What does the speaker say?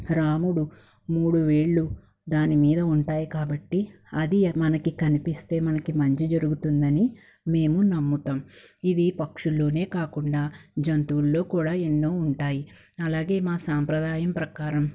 రాముడు మూడు వేళ్ళు దానిమీద ఉంటాయి కాబట్టి అది మనకి కనిపిస్తే మనకి మంచి జరుగుతుందని మేము నమ్ముతాం ఇది పక్షుల్లోనే కాకుండా జంతువుల్లో కూడా ఎన్నో ఉంటాయి అలాగే మా సాంప్రదాయం ప్రకారం